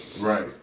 Right